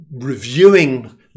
reviewing